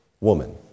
woman